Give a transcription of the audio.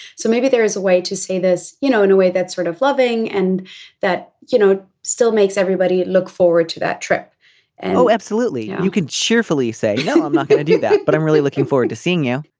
so maybe there is a way to say this you know in a way that's sort of loving and that you know it still makes everybody look forward to that trip oh absolutely. you could cheerfully say no i'm not going to do that but i'm really looking forward to seeing you.